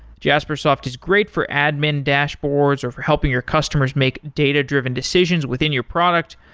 jaspersoft is great for admin dashboards, or for helping your customers make data-driven decisions within your product,